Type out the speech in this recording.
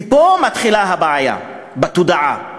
ופה מתחילה הבעיה, בתודעה.